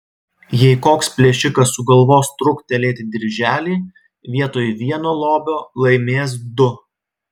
jei koks plėšikas sugalvos truktelėti dirželį vietoj vieno lobio laimės du